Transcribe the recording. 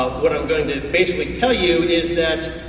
what i'm gonna basically tell you is that